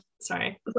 Sorry